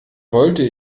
wollte